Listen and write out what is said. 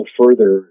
further